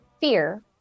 fear